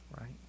Right